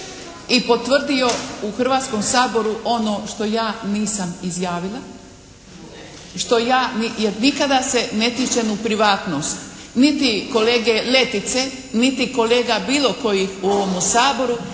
i potvrdio u Hrvatskom saboru ono što ja nisam izjavila, što ja, jer nikada se ne tičem u privatnost niti kolege Letice niti kolega bilo kojih u ovome Saboru,